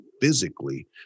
physically